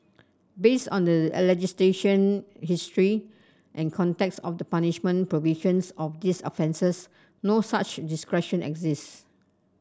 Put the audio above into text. based on the legislation history and context of the punishment provisions of these offences no such discretion exists